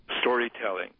storytelling